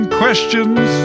questions